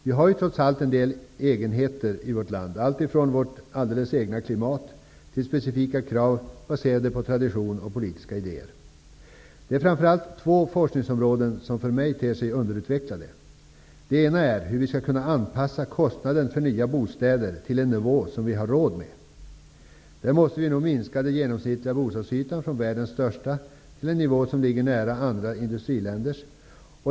Vi har trots allt en del egenheter i vårt land, alltifrån vårt alldeles egna klimat till specifika krav baserade på tradition och politiska idéer. Det är framför allt två forskningsområden som för mig ter sig underutvecklade. Det ena är hur vi skall kunna anpassa kostnaden för nya bostäder till en nivå som vi har råd med. Där måste vi nog minska den genomsnittliga bostadsytan från världens största till en nivå som ligger nära andra industriländers.